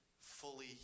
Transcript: fully